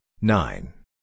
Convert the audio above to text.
nine